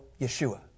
Yeshua